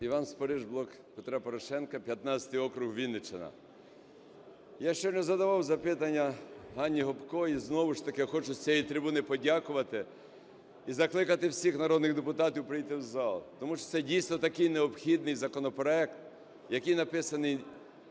Іван Спориш, "Блок Петра Порошенка", 15 округ, Вінниччина. Я ще не задавав запитання ГанніГопко, і знову ж таки, я хочу з цією трибуни подякувати і закликати всіх народних депутатів прийти в зал, тому що це дійсно такий необхідний законопроект, який написаний